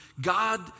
God